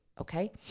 Okay